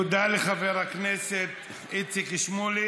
תודה לחבר הכנסת איציק שמולי.